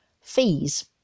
Fees